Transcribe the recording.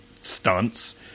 stunts